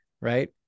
right